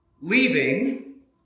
leaving